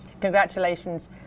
congratulations